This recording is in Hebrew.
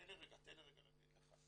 תן לי רגע להגיד לך.